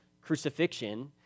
crucifixion